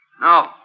No